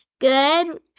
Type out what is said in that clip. Good